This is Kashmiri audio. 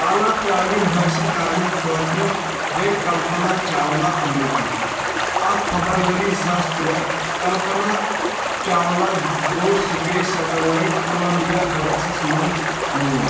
اعلیٰ تعلیم حٲصل کرنہٕ خٲطرٕ گے کلپنہ چاولہ امریٖکہ اکھ فبروری زٕ ساس ترٛے کلپنہ چاولہ گوٚو سپیس سٹیلایٹ کُلمبیا حٲدِسس منٛز موت